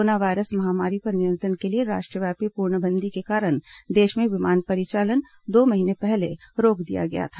corona virus महामारी पर नियंत्रण के लिए राष्ट्रव्यापी पूर्णबंदी के कारण देश में विमान परिचालन दो महीने पहले रोक दिया गया था